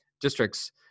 districts